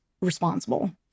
responsible